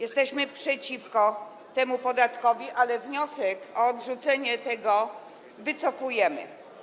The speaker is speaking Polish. Jesteśmy przeciwko temu podatkowi, ale wniosek o odrzucenie wycofujemy.